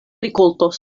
rikoltos